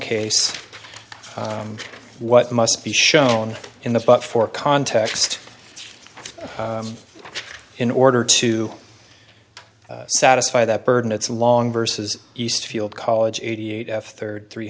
case what must be shown in the pot for context in order to satisfy that burden it's long versus eastfield college eighty eight and third three